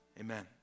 Amen